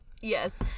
yes